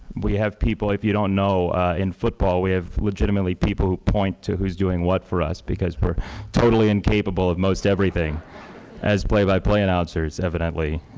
we have people if you don't know in football we have legitimately people who point to who's doing what for us because we're totally incapable of most everything as play-by-play announcers evidently.